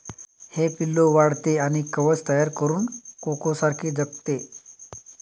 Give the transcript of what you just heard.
हे पिल्लू वाढते आणि कवच तयार करून कोकोसारखे जगते